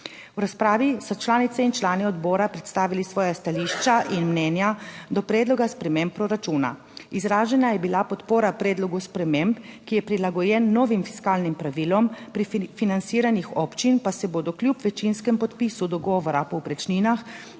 V razpravi so članice in člani odbora predstavili svoja stališča in mnenja do predloga sprememb proračuna. Izražena je bila podpora predlogu sprememb, ki je prilagojen novim fiskalnim pravilom. Pri financiranju občin pa se bodo kljub večinskem podpisu dogovora o povprečninah,